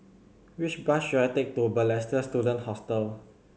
which bus should I take to Balestier Student Hostel